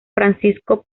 francisco